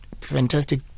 Fantastic